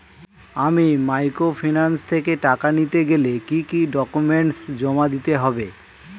আমি মাইক্রোফিন্যান্স থেকে টাকা নিতে গেলে কি কি ডকুমেন্টস জমা দিতে হবে?